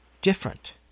different